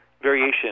variation